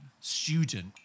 student